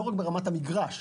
לא רק ברמת המגרש,